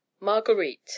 Marguerite